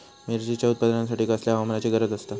मिरचीच्या उत्पादनासाठी कसल्या हवामानाची गरज आसता?